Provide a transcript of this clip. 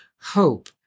hope